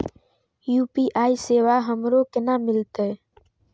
UPI सेवा हमरो केना मिलते?